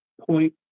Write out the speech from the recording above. point